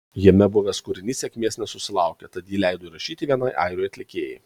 jame buvęs kūrinys sėkmės nesusilaukė tad jį leido įrašyti vienai airių atlikėjai